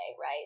right